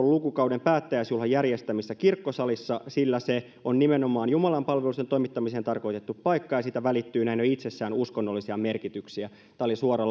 lukukauden päättäjäisjuhlan järjestämistä kirkkosalissa sillä se on nimenomaan jumalanpalvelusten toimittamiseen tarkoitettu paikka ja siitä välittyy näin jo itsessään uskonnollisia merkityksiä tämä oli suora